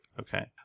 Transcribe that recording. Okay